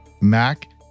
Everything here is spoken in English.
Mac